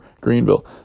Greenville